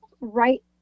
right